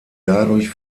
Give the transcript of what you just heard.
dadurch